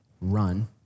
run